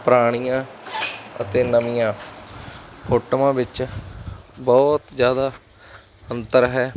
ਪੁਰਾਣੀਆਂ ਅਤੇ ਨਵੀਆਂ ਫੋਟੋਆਂ ਵਿੱਚ ਬਹੁਤ ਜ਼ਿਆਦਾ ਅੰਤਰ ਹੈ